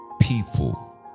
people